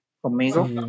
conmigo